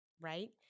right